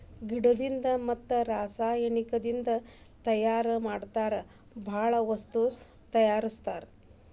ಗಿಡದಿಂದ ಮತ್ತ ರಸಾಯನಿಕದಿಂದ ತಯಾರ ಮಾಡತಾರ ಬಾಳ ವಸ್ತು ತಯಾರಸ್ತಾರ